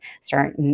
start